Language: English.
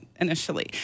initially